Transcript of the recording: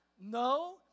No